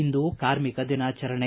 ಇಂದು ಕಾರ್ಮಿಕ ದಿನಾಚರಣೆ